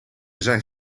zijn